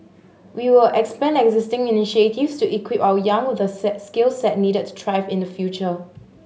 we will expand existing initiatives to equip our young with the skill set needed thrive in the future